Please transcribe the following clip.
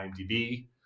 IMDb